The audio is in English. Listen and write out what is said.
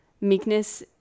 meekness